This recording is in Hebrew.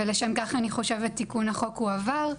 ולשם כך אני חושבת תיקון החוק הועבר,